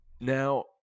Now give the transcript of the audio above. now